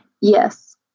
Yes